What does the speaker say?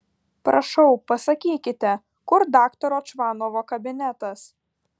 prašau pasakykite kur daktaro čvanovo kabinetas